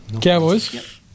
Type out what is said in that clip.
Cowboys